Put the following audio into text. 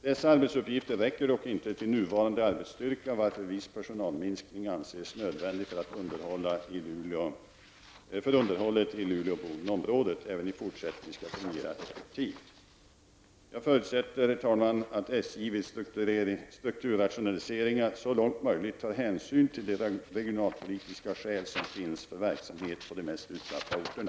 Dessa arbetsuppgifter räcker dock inte till nuvarande arbetsstyrka, varför viss personalminskning anses nödvändig för att underhållet i Luleå--Boden-området även i fortsättningen skall fungera effektivt. Jag förutsätter, herr talman, att SJ vid strukturrationaliseringar i fråga om verksamhet på de mest utsatta orterna så långt möjligt tar regionalpolitiska hänsyn.